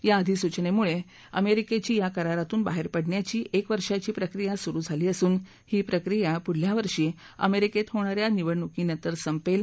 या अधिसूचनेमुळे अमेरिकेची या करारातून बाहेर पडण्याची एका वर्षांची प्रक्रिया सुरु झाली असून ही प्रक्रिया पुढच्या वर्षी अमेरिकेत होणाऱ्या निवडणुकीनंतर संपेल